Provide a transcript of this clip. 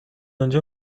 آنجا